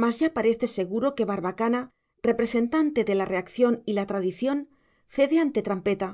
mas ya parece seguro que barbacana representante de la reacción y la tradición cede ante trampeta